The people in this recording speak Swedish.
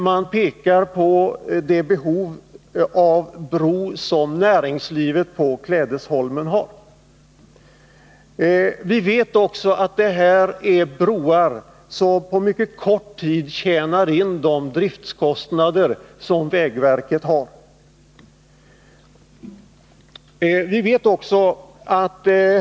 Man pekar på att näringslivet på Klädesholmen har behov av en bro. Vi vet att de broar vi motionerat om på mycket kort tid tjänar in de driftkostnader vägverket har.